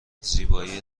زیبایی